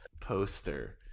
poster